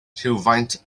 rhywfaint